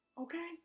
Okay